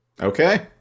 Okay